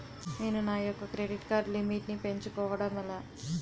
నేను నా యెక్క క్రెడిట్ కార్డ్ లిమిట్ నీ పెంచుకోవడం ఎలా?